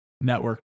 network